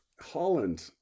holland